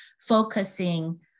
focusing